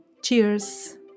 Cheers